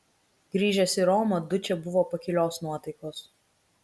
grįžęs į romą dučė buvo pakilios nuotaikos